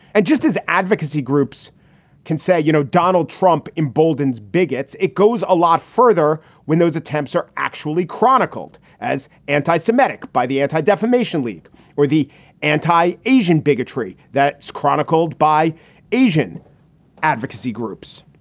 and just as advocacy groups can say, you know, donald trump emboldens bigots. it goes a lot further when those attempts are actually chronicled as anti-semitic by the anti defamation league or the anti asian bigotry that's chronicled by asian advocacy groups.